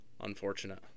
unfortunate